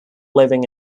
living